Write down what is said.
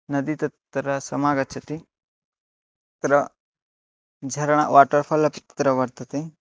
नदी तत्र समागच्छति तत्र झरणा वाटर् फ़ाल् अपि तत्र वर्तते